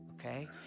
okay